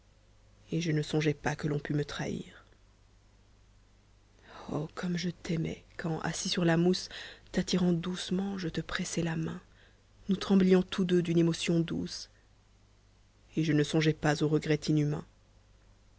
et je ne songeais pas que l'on pût me trahir oh comme je t'aimais quand assis sur la mousse t'attirant doucement je te pressais la main nous tremblions tous deux d'une émotion douce et je ne songeais pas au regret inhumain